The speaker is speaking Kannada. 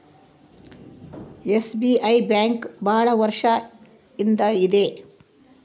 ಎಸ್.ಬಿ.ಐ ಬ್ಯಾಂಕ್ ಭಾಳ ವರ್ಷ ಇಂದ ಇದೆ